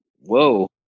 whoa